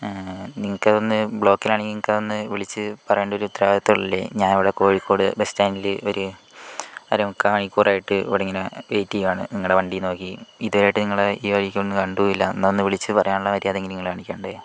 നിങ്ങൾക്കൊന്നു ബ്ലോക്കിൽ ആണെങ്കിൽ നിങ്ങൾക്കൊന്നു വിളിച്ചു പറയണ്ട ഒരു ഉത്തരവാദിത്തം ഇല്ലേ ഞാൻ ഇവിടെ കോഴിക്കോട് ബസ്റ്റാന്റില് ഒര് അരമുക്കാൽ മണിക്കൂറായിട്ട് ഇവിടെ ഇങ്ങനെ വെയിറ്റ് ചെയ്യുകയാണ് നിങ്ങളെ വണ്ടിയും നോക്കി ഇതേടെയാണു നിങ്ങളെ ഈ വഴിക്കൊന്നും കണ്ടുമില്ല എന്ന ഒന്ന് വിളിച്ചു പറയാനുള്ള മര്യാദ എങ്കിലും നിങ്ങൾ ഒന്ന് കാണിക്കണ്ടേ